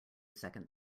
second